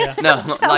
no